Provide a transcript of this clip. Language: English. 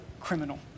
criminal